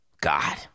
God